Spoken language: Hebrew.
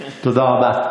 תודה רבה.